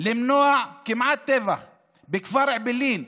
למנוע כמעט טבח בכפר אעבלין,